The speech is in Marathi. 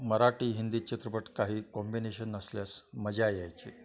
मराठी हिंदी चित्रपट काही कॉम्बिनेशन असल्यास मजा यायचे